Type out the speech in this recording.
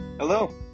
Hello